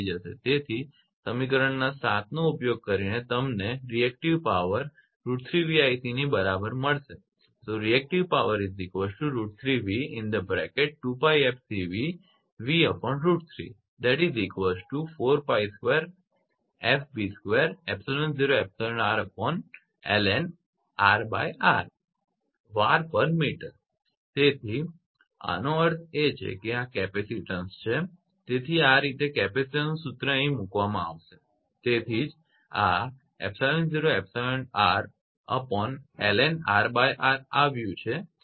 તેથી સમીકરણ 7 નો ઉપયોગ કરીને તમને રિએક્ટીવ પાવર √3𝑉𝐼𝑐 ની બરાબર મળશે તેથી આનો અર્થ એ છે કે આ કેપેસિટીન્સ છે તેથી આ રીતે કેપેસિટીન્સનું સૂત્ર અહીં મુકવામા આવશે તેથી જ આ 𝜖0𝜖𝑟ln𝑅𝑟 આવ્યું છે